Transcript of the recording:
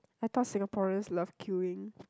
I thought Singaporeans love queuing